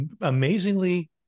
amazingly